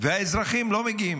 והאזרחים לא מגיעים.